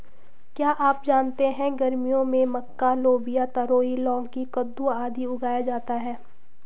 क्या आप जानते है गर्मियों में मक्का, लोबिया, तरोई, लौकी, कद्दू, आदि उगाया जाता है?